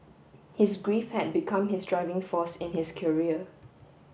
his grief had become his driving force in his career